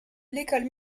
l’école